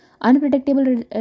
Unpredictable